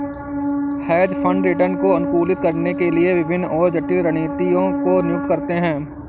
hedge fund return को अनुकूलित करने के लिए विभिन्न और जटिल रणनीतियों को नियुक्त करते हैं